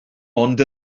ond